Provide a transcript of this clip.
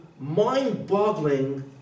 Mind-boggling